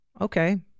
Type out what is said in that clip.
Okay